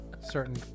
certain